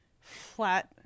flat